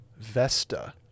Vesta